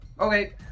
Okay